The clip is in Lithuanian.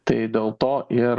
tai dėl to ir